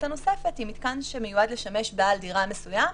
הנוספת היא מתקן שמיועד לשמש בעל דירה מסוים,